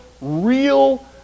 real